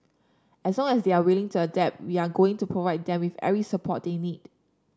as song as they are willing to adapt we are going to provide them with every support they need